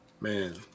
man